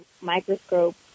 microscope